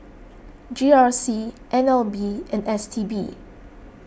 G R C N L B and S T B